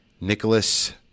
Nicholas